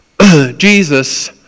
Jesus